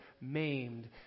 maimed